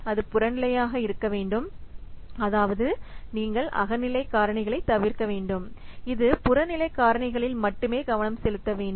அது புறநிலையாக இருக்க வேண்டும் அதாவதுநீங்கள் அகநிலை காரணிகளை தவிர்க்க வேண்டும் இது புறநிலை காரணிகளில் மட்டுமே கவனம் செலுத்த வேண்டும்